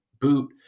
boot